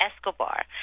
Escobar